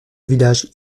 village